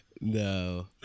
No